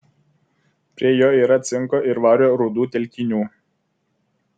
prie jo yra cinko ir vario rūdų telkinių